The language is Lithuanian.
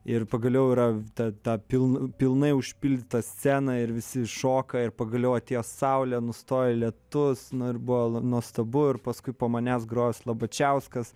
ir pagaliau yra ta ta pilna pilnai užpildyta scena ir visi šoka ir pagaliau atėjo saulė nustojo lietus nu ir buvo nuostabu ir paskui po manęs grojo slabačiauskas